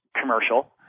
commercial